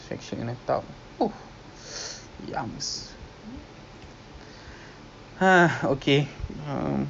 macam tu lah would be best if we can like have a lot of like different different kind lah activities